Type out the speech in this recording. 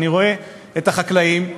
כשאני רואה את החקלאים,